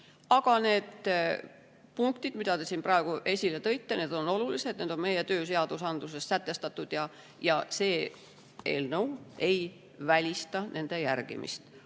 aga need punktid, mis te siin praegu esile tõite, on olulised. Need on meie tööseadusandluses sätestatud ja see eelnõu ei välista nende järgimist.